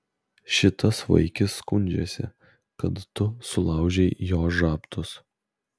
šitas vaikis skundžiasi kad tu sulaužei jo žabtus